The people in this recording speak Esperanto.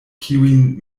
kiujn